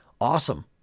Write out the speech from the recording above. awesome